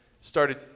started